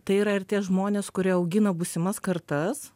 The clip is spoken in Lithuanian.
tai yra ir tie žmonės kurie augina būsimas kartas